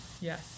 Yes